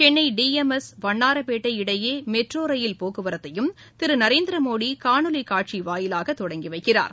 Chennai T M S Vannarapettai இடையேமெட்ரோரயில் போக்குவரத்தையும் திருநரேந்திரமோடிகாணொலிகாட்சிவாயிலாகதொடங்கிவைக்கிறார்